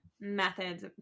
methods